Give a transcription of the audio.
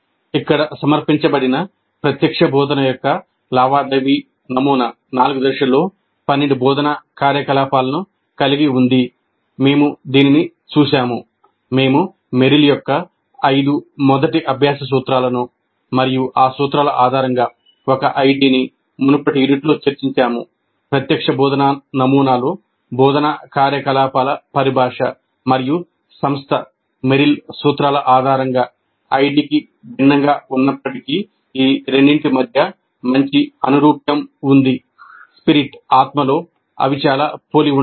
ఇక్కడ సమర్పించబడిన ప్రత్యక్ష బోధన యొక్క లావాదేవీ నమూనా 4 దశల్లో 12 బోధనా కార్యకలాపాలను కలిగి ఉంది అవి చాలా పోలి ఉంటాయి